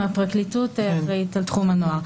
פרקליטות המדינה.